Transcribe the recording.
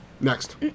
next